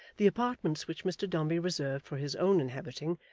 the apartments which mr dombey reserved for his own inhabiting,